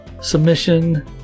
submission